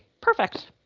Perfect